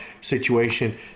situation